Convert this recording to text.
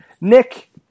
Nick